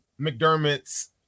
McDermott's